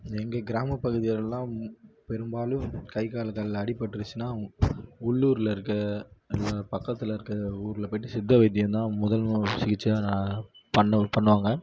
எங்கள் கிராம பகுதிகளெல்லாம் பெரும்பாலும் கை கால் தலையில் அடிப்பட்ருச்சுனா உ உள்ளூரில் இருக்கற இல்லை பக்கத்தில் இருக்கிற ஊரில் போயிட்டு சித்த வைத்தியம் தான் முதல் உ சிகிச்சையாக நான் பண்ணு பண்ணுவாங்க